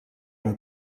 amb